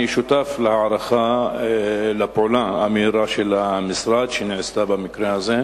אני שותף להערכה על הפעולה המהירה של המשרד במקרה הזה.